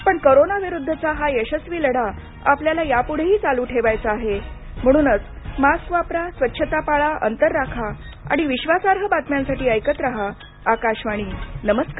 पण कोरोनाविरुद्धचा हा यशस्वी लढा आपल्याला यापुढेही चालू ठेवायचा आहे म्हणूनच मास्क वापरा स्वच्छता पाळा अंतर राखा आणि विश्वासार्ह बातम्यांसाठी ऐकत रहा आकाशवाणी नमस्कार